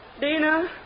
Dina